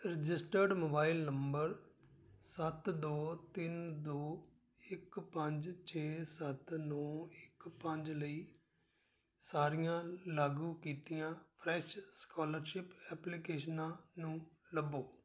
registered mobile number ਸੱਤ ਦੋ ਤਿੰਨ ਦੋ ਇੱਕ ਪੰਜ ਛੇ ਸੱਤ ਨੌ ਇੱਕ ਪੰਜ ਲਈ ਸਾਰੀਆਂ ਲਾਗੂ ਕੀਤੀਆਂ ਫਰੈਸ਼ ਸਕਾਲਰਸ਼ਿਪ ਐਪਲੀਕੇਸ਼ਨਾਂ ਨੂੰ ਲੱਭੋ